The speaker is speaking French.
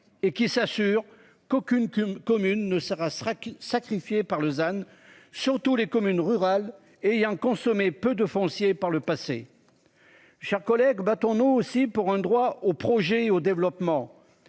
et qui s'assure qu'aucune commune ne sera sera sacrifiée par Lausanne surtout les communes rurales et ayant consommé peu de foncier par le passé. Chers collègues battons nous aussi pour un droit au projet au développement